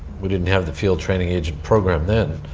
we didn't have the field training agent program then,